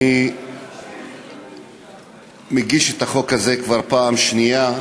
אני מגיש את החוק הזה כבר פעם שנייה.